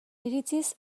iritziz